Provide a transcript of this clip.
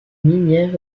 minière